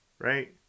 Right